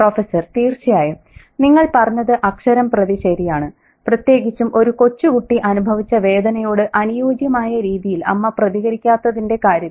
prof തീർച്ചയായും നിങ്ങൾ പറഞ്ഞത് അക്ഷരംപ്രതി ശരിയാണ് പ്രത്യേകിച്ചും ഒരു കൊച്ചുകുട്ടി അനുഭവിച്ച വേദനയോട് അനുയോജ്യമായ രീതിയിൽ അമ്മ പ്രതികരിക്കാത്തതിന്റെ കാര്യത്തിൽ